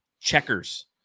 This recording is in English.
checkers